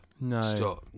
no